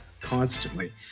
constantly